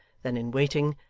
then in waiting,